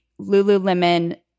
Lululemon